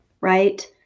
right